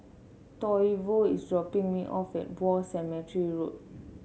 Toivo is dropping me off at War Cemetery Road